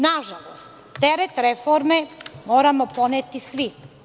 Nažalost, teret reforme moramo poneti svi.